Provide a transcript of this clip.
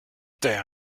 der